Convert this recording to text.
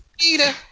Peter